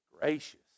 gracious